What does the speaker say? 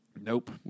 Nope